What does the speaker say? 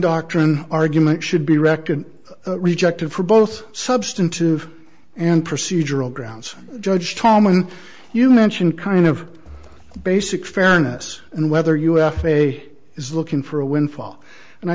doctrine argument should be wrecked and rejected for both substantive and procedural grounds judge tom when you mention kind of basic fairness and whether u f a is looking for a windfall and i